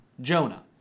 Jonah